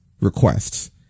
requests